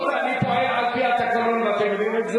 אני מבקש,